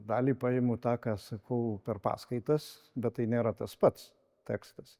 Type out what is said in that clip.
dalį paimu tą ką sakau per paskaitas bet tai nėra tas pats tekstas